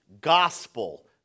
gospel